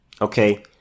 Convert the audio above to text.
Okay